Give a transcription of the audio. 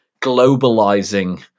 globalizing